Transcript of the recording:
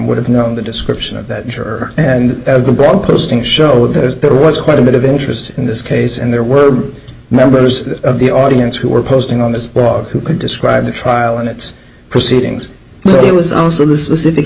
would have known the description of that nature and as the blog posting show that there was quite a bit of interest in this case and there were members of the audience who were posting on this blog who could describe the trial and its proceedings there was also th